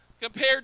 compared